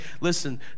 Listen